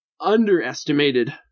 underestimated